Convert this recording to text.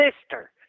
sister